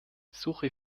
suche